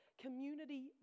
community